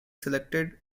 selected